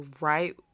right